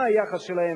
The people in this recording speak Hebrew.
מה היחס שלהם,